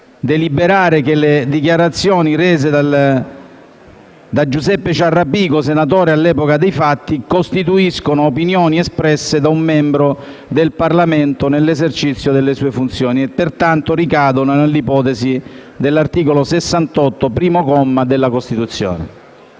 deliberare che le dichiarazioni rese da Giuseppe Ciarrapico, senatore all'epoca dei fatti, costituiscono opinioni espresse da un membro del Parlamento nell'esercizio delle proprie funzioni, e pertanto ricadono nell'ipotesi dell'articolo 68, primo comma, della Costituzione.